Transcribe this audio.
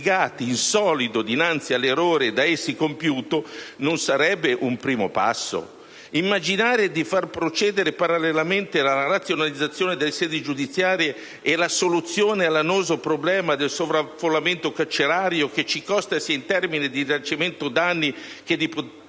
in solido dinanzi all'errore da essi compiuto, non sarebbe un primo passo? Immaginare di far procedere parallelamente la razionalizzazione delle sedi giudiziarie e la soluzione all'annoso problema del sovraffollamento carcerario - che ci costa sia in termini di risarcimento danni che di potenziali